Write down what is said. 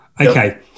Okay